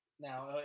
now